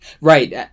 Right